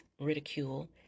ridicule